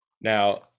now